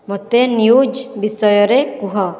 ମୋତେ ନ୍ୟୁଜ୍ ବିଷୟରେ କୁହ